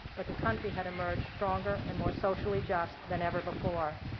but the country had emerged stronger and more socially just than ever before.